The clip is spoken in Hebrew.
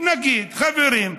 נגיד: חברים,